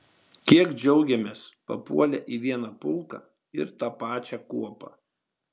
kiek džiaugėmės papuolę į vieną pulką ir tą pačią kuopą